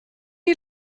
die